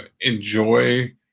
enjoy